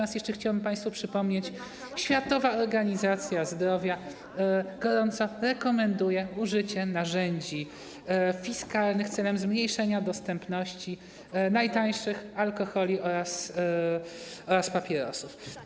Raz jeszcze chciałbym państwu przypomnieć, że Światowa Organizacja Zdrowia gorąco rekomenduje użycie narzędzi fiskalnych celem zmniejszenia dostępności najtańszych alkoholi oraz papierosów.